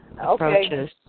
approaches